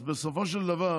אז בסופו של דבר